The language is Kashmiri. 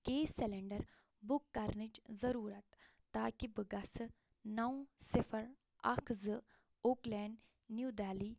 گیس سِلیٚنٛڈر بُک کرنٕچ ضُروٗرت تاکہِ بہٕ گَژھہٕ نَو صِفر اکھ زٕ اوک لین نِو دہلی